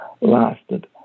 lasted